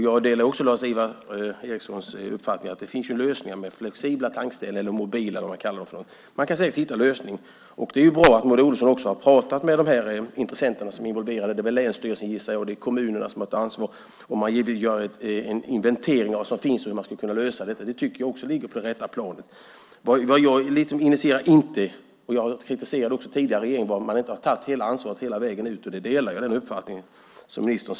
Jag delar Lars-Ivar Ericsons uppfattning att det finns lösningar med flexibla tankställen, mobila eller vad man kallar dem. Man kan säkert hitta en lösning. Det är bra att Maud Olofsson har pratat med de intressenter som är involverade. Det är väl länsstyrelserna, gissar jag, och kommunerna som har ansvar om man vill göra en inventering av vad som finns och hur man skulle kunna lösa detta. Det tycker jag också ligger på detta plan. Jag kritiserade tidigare regeringen för att man inte har tagit ansvaret hela vägen ut. Jag håller fast vid den uppfattningen.